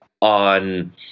on